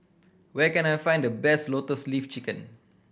where can I find the best Lotus Leaf Chicken